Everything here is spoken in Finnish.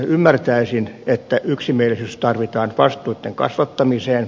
ymmärtäisin että yksimielisyys tarvitaan vastuitten kasvattamiseen